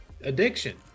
addiction